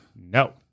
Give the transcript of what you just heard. No